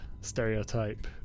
stereotype